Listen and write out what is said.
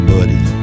Buddy